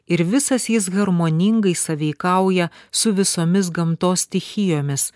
ir visas jis harmoningai sąveikauja su visomis gamtos stichijomis